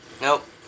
Nope